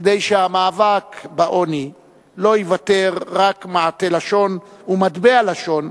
כדי שהמאבק בעוני לא ייוותר רק מעטה לשון ומטבע לשון,